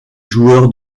joueur